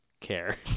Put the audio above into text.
care